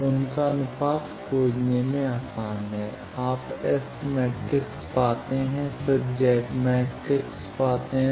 तो उनका अनुपात खोजने में आसान है आप S मैट्रिक्स पाते हैं फिर Z मैट्रिक्स पाते हैं